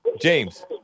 James